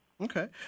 Okay